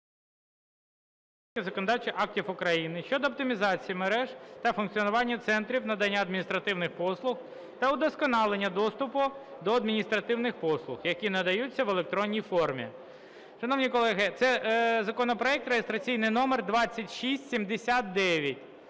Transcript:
законодавчих актів України щодо оптимізації мережі та функціонування центрів надання адміністративних послуг та удосконалення доступу до адміністративних послуг, які надаються в електронній формі. Шановні колеги, це законопроект реєстраційний номер 2679.